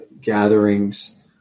gatherings